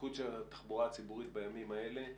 בתפקוד של התחבורה הציבורית בימים האלה,